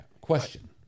Question